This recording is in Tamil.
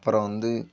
அப்புறம் வந்து